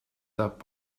top